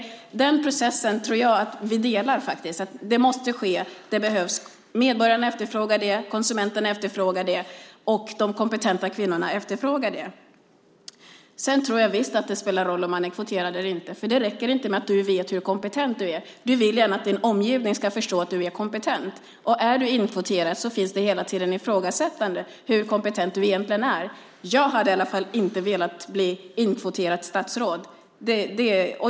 Jag tror att vi delar synen på den processen. Detta måste ske, och det behövs. Medborgarna efterfrågar det, konsumenterna efterfrågar det och de kompetenta kvinnorna efterfrågar det. Jag tror visst att det spelar roll om man är kvoterad eller inte. Det räcker inte med att du vet hur kompetent du är; du vill gärna att din omgivning ska förstå att du är kompetent också. Om du är inkvoterad finns hela tiden ett ifrågasättande av hur kompetent du egentligen är. Jag hade i alla fall inte velat bli inkvoterat statsråd.